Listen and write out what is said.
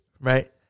right